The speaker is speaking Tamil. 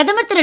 பிரதமர் திரு